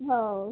हो